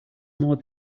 more